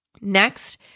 Next